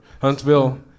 huntsville